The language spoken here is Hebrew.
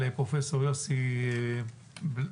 לפרופ' יוסי בלז.